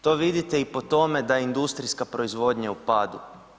To vidite i po tome da je industrijska proizvodnja u padu.